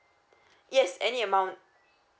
yes any amount